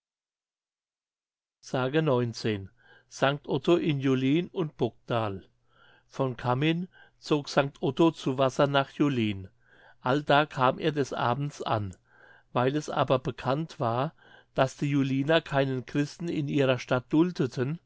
s sanct otto in julin und bogdal von cammin zog sanct otto zu wasser nach julin allda kam er des abends an weil es aber bekannt war daß die juliner keinen christen in ihrer stadt duldeten